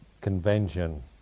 convention